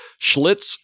Schlitz